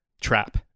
trap